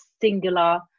singular